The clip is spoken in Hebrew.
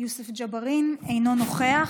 אינו נוכח.